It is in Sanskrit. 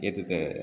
एतत्